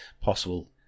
possible